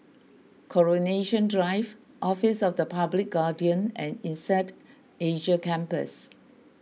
Coronation Drive Office of the Public Guardian and Insead Asia Campus